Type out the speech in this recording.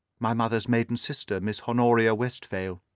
my mother's maiden sister, miss honoria westphail,